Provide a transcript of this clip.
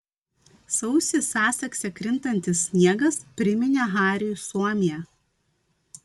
sausį sasekse krintantis sniegas priminė hariui suomiją